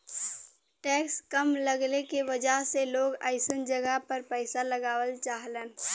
tax कम लगले के वजह से लोग अइसन जगह पर पइसा लगावल चाहलन